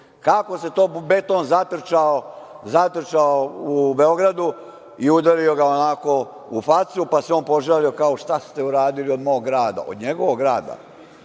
Kako se to beton zatrčao u Beogradu i udario ga onako u facu, pa se on požalio, kao šta ste uradili od mog grada, od njegovog grada,